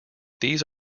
these